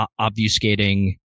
obfuscating